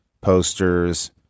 posters